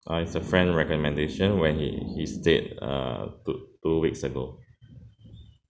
uh it's a friend recommendation when he he stayed uh two two weeks ago